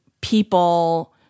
people